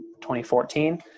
2014